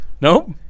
Nope